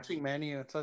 menu